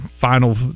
final